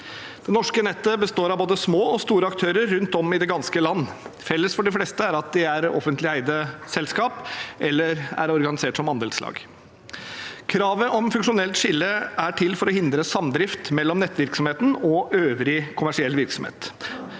Det norske nettet består av både små og store aktører rundt om i det ganske land. Felles for de fleste er at de er offentlig eide selskap eller er organisert som andelslag. Kravet om funksjonelt skille er til for å hindre samdrift mellom nettvirksomheten og øvrig kommersiell virksomhet.